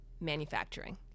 manufacturing